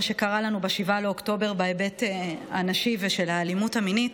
שקרה לנו ב-7 באוקטובר בהיבט הנשי ושל האלימות המינית,